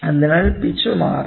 അതിനാൽ പിച്ച് മാറാം